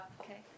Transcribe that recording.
Okay